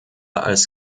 als